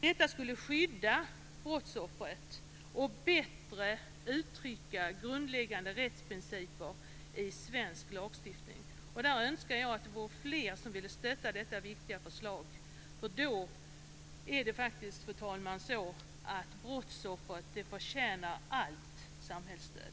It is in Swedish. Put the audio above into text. Detta skulle skydda brottsoffret och bättre uttrycka grundläggande rättsprinciper i svensk lagstiftning. Och där önskar jag att det vore fler som ville stötta detta viktiga förslag. Brottsoffret förtjänar nämligen allt samhällsstöd.